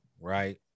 Right